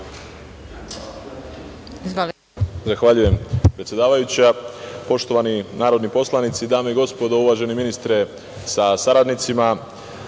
Zahvaljujem, predsedavajuća. Poštovani narodni poslanici, dame i gospodo, uvaženi ministre sa saradnicima,